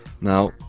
Now